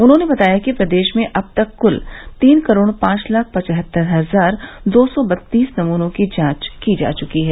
उन्होंने बताया कि प्रदेश में अब तक कुल तीन करोड़ पांच लाख पचहत्तर हजार दो सौ बत्तीस नमूनों की जांच की जा चुकी है